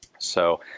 so,